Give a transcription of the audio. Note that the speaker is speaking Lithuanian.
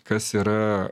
kas yra